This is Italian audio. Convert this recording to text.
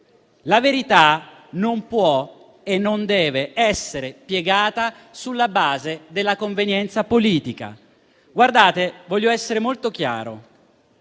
La verità non può e non deve essere piegata sulla base della convenienza politica. Voglio essere molto chiaro: